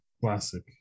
Classic